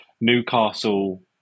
Newcastle